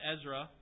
Ezra